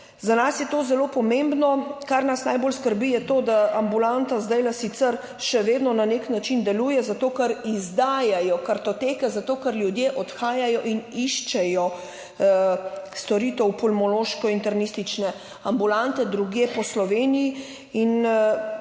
Za nas je to zelo pomembno. Kar nas najbolj skrbi, je to, da ambulanta zdaj sicer še vedno na nek način deluje, zato ker izdajajo kartoteke, zato ker ljudje odhajajo in iščejo storitev pulmološko-internistične ambulante drugje po Sloveniji. In